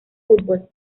fútbol